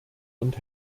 und